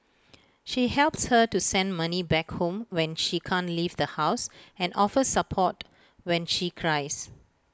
she helps her to send money back home when she can't leave the house and offers support when she cries